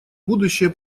будущее